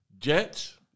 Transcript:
Jets